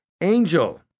angel